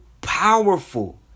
powerful